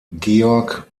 georg